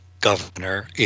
governor